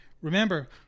Remember